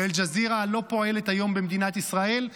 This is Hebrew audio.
ואל-ג'זירה לא פועלת היום במדינת ישראל.